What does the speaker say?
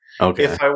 Okay